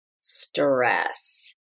stress